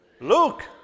Luke